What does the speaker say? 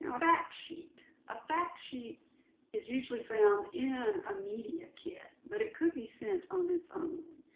fact sheet. a fact sheet is usually found in a media kit, but it could be sent on its own.